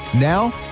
Now